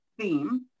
theme